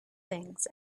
things